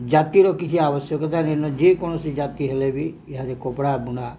ଜାତିର କିଛି ଆବଶ୍ୟକତା ନାଇଁନ ଯେକୌଣସି ଜାତି ହେଲେ ବି ଇହାଦେ କପଡ଼ା ବୁଣା